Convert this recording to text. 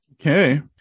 Okay